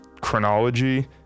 chronology